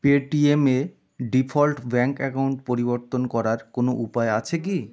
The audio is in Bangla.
পেটিএমএ ডিফল্ট ব্যাঙ্ক অ্যাকাউন্ট পরিবর্তন করার কোনো উপায় আছে কি